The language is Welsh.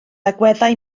agweddau